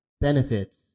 benefits